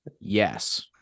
yes